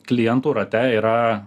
klientų rate yra